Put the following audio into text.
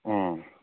ꯎꯝ